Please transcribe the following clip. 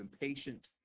impatient